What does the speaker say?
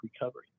recovery